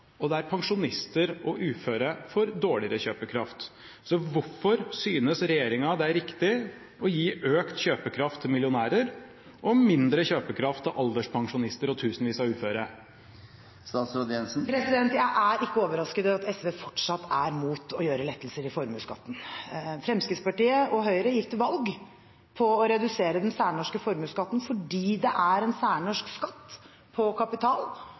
og der pensjonister og uføre får dårligere kjøpekraft. Så hvorfor synes regjeringen det er riktig å gi økt kjøpekraft til millionærer og mindre kjøpekraft til alderspensjonister og tusenvis av uføre? Jeg er ikke overrasket over at SV fortsatt er mot å gjøre lettelser i formuesskatten. Fremskrittspartiet og Høyre gikk til valg på å redusere den særnorske formuesskatten fordi det er en særnorsk skatt på kapital,